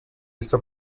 vista